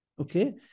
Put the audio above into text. Okay